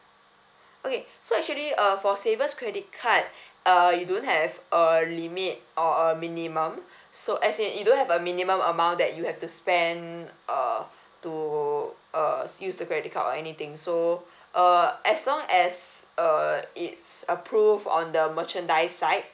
okay so actually uh for savers credit card uh you don't have a limit or a minimum so as in you don't have a minimum amount that you have to spend uh to uh use the credit card or anything so uh as long as uh it's approved on the merchandise side